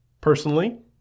Personally